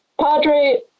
Padre